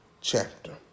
chapter